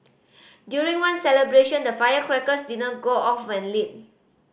during one celebration the firecrackers did not go off when lit